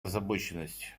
озабоченность